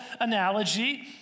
analogy